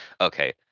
okay